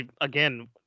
Again